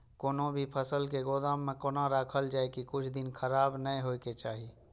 कोनो भी फसल के गोदाम में कोना राखल जाय की कुछ दिन खराब ने होय के चाही?